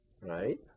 right